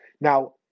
Now